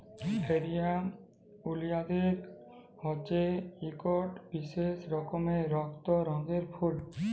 লেরিয়াম ওলিয়ালদের হছে ইকট বিশেষ রকমের রক্ত রঙের ফুল